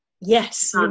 Yes